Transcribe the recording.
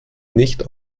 nicht